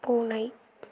பூனை